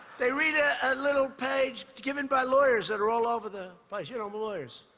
they read a little page given by lawyers that are all over the place. you know lawyers.